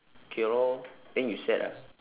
okay lor then you sad ah